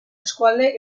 eskualde